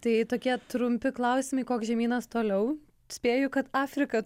tai tokie trumpi klausimai koks žemynas toliau spėju kad afrika